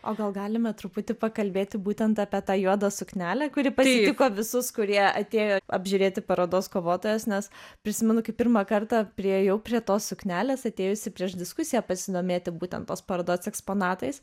o gal galime truputį pakalbėti būtent apie tą juodą suknelę kuri pasitiko visus kurie atėjo apžiūrėti parodos kovotojos nes prisimenu kai pirmą kartą priėjau prie tos suknelės atėjusi prieš diskusiją pasidomėti būtent tos parodos eksponatais